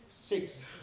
Six